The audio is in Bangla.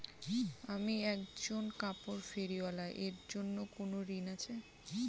আমি একজন কাপড় ফেরীওয়ালা এর জন্য কোনো ঋণ আছে?